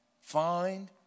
find